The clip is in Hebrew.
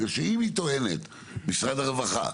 הרי אם היא טוענת משרד הרווחה,